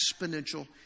exponential